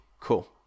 cool